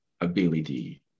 ability